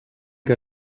que